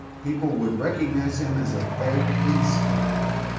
people would recognize him as a fake instantly.